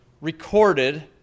recorded